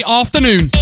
afternoon